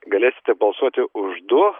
galėsite balsuoti už du